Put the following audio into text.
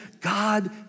God